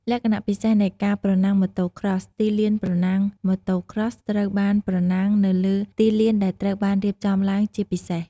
លក្ខណៈពិសេសនៃការប្រណាំង Motocross ទីលានប្រណាំង: Motocross ត្រូវបានប្រណាំងនៅលើទីលានដែលត្រូវបានរៀបចំឡើងជាពិសេស។